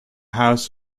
house